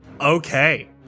Okay